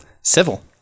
civil